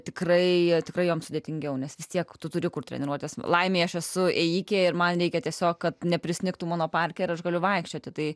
tikrai tikrai joms sudėtingiau nes vis tiek tu turi kur treniruotis laimei aš esu ėjikė ir man reikia tiesiog kad neprisnigtų mano parke ir aš galiu vaikščioti tai